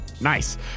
Nice